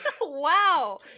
Wow